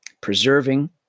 Preserving